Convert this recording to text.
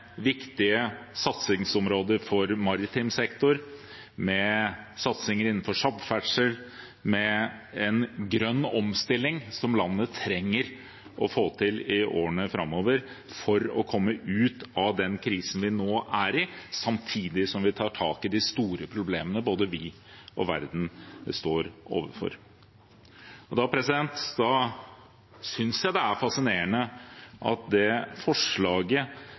en grønn omstilling, som landet trenger å få til i årene framover for å komme ut av den krisen vi nå er i, samtidig som vi tar tak i de store problemene både vi og verden står overfor. Da synes jeg det er fascinerende at det forslaget